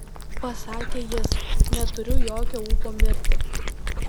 pasakė jis neturiu jokio ūpo mirti